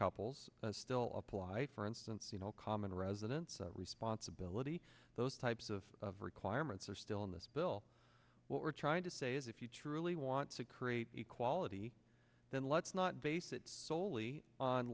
couples still apply for instance you know common residence responsibility those types of of requirements are still in this bill what we're trying to say is if you truly want to create equality let's not base it soley on